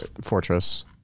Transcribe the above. Fortress